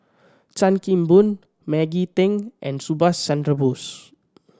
Chan Kim Boon Maggie Teng and Subhas Chandra Bose